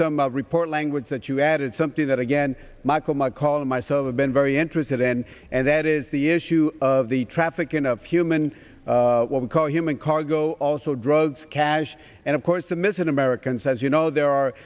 some of report language that you added something that again michael mccall and myself have been very interested in and that is the issue of the trafficking of human what we call human cargo also drugs cash and of course the missing americans as you know there are